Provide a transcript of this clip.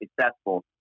successful